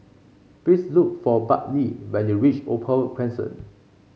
please look for Bartley when you reach Opal Crescent